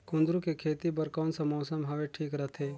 कुंदूरु के खेती बर कौन सा मौसम हवे ठीक रथे?